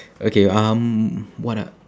okay um what are